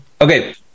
Okay